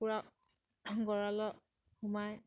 পুৰা গঁৰালত সোমাই